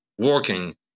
working